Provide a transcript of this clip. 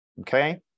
okay